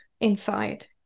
inside